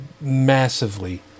massively